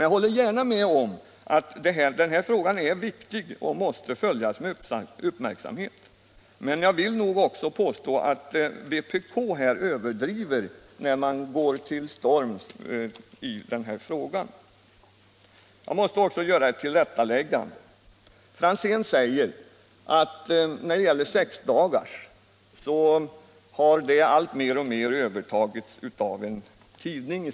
Jag håller gärna med om att frågan är viktig och måste följas med uppmärksamhet, men jag vill nog påstå att man från vpk överdriver när man går till storms i den här frågan. Jag måste också göra ett tillrättaläggande. Herr Franzén säger att sexdagarsloppet alltmer har övertagits av en viss tidning.